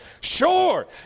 Sure